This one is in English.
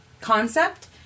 concept